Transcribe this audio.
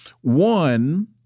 One